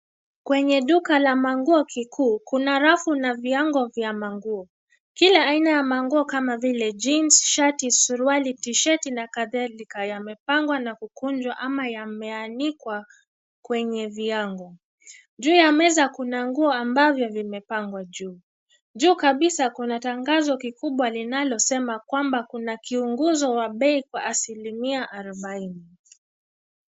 Kwenye duka la manguo kikuu kuna rafu na viango vya manguo. Kila aina ya manguo kama vile jeans , suruali, shati, t-sheti na kadhalika yamepangwa na kukunjwa ama yameanikwa kwenye viango. Juu ya meza kuna nguo ambavyo vimepagwa juu. Juu kabisa kuna tangazo kikubwa linalosema kwamba kuna kiunguzo wa bei kwa asilimia arobaini.